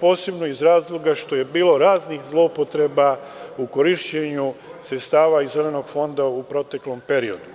posebno ističem iz razloga što je bilo raznih zloupotreba u korišćenju sredstava iz Zelenog fonda u proteklom periodu.